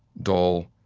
dull,